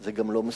זה גם לא מסובך.